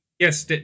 Yes